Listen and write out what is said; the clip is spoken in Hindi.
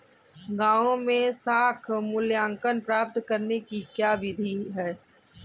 गाँवों में साख मूल्यांकन प्राप्त करने की क्या विधि है?